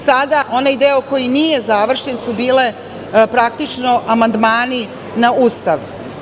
Sada onaj deo koji nije završen su bili praktično amandmani na Ustav.